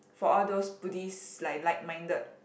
for all those Buddhist like like minded